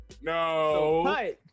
No